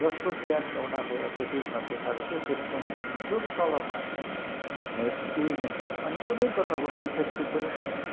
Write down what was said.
जस्तो त्यहाँनिर उनीहरूले एडभर्टाइजमा देखाएको थियो त्यस्तो नै अनि जुन कलरमा हेरेको थियो त्यही नै अनि कुनै प्रकारको डिफेक्टिभ पनि छैन